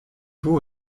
vous